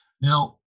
Now